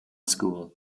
school